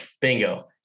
bingo